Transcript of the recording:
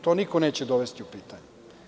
To niko neće dovesti u pitanje.